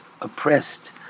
oppressed